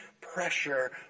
pressure